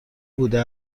بوده